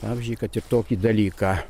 amžiuj kad ir tokį dalyką